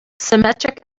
symmetric